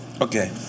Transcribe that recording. okay